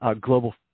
global